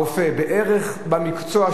בערך המקצוע שלו,